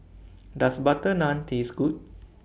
Does Butter Naan Taste Good